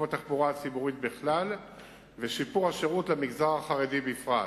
התחבורה הציבורית בכלל ושיפור השירות למגזר החרדי בפרט.